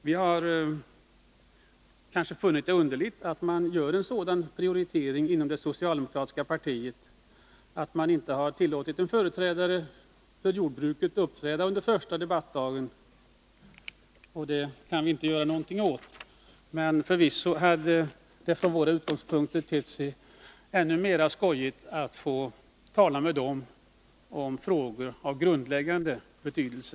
Vi har kanske funnit det underligt att man gör en sådan prioritering inom det socialdemokratiska partiet, att man inte har tillåtit en företrädare för jordbruket uppträda under första debattdagen. Det kan vi inte göra någonting åt. Förvisso hade det från våra utgångspunkter tett sig ännu mer givande att få tala med flera av deras företrädare om frågor av grundläggande betydelse.